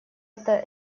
это